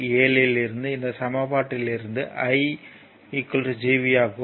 7 இலிருந்து இந்த சமன்பாட்டிலிருந்து I GV ஆகும்